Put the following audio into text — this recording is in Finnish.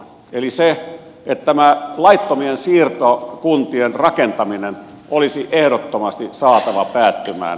se että tämä laittomien siirtokuntien rakentaminen olisi ehdottomasti saatava päättymään